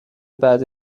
بعد